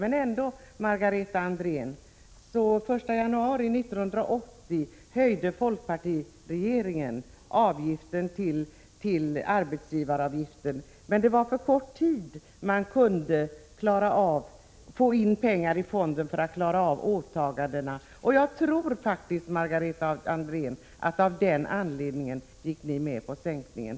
Den 1 januari 1980 höjde folkpartiregeringen ändock avgiften för arbetsgivarna, Margareta Andrén. Men det var för kort tid för att man skulle kunna få in pengar i fonden och kunna klara av åtagandena. Margareta Andrén, jag tror faktiskt att det var anledningen till att ni gick med på sänkningen.